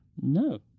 No